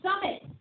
summit